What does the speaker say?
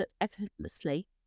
effortlessly